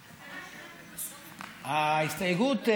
ההסתייגות,